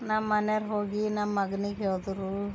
ನಮ್ಮನೆರು ಹೋಗಿ ನಮ್ಮಗ್ನಿಗೆ ಹೇಳಿದ್ರು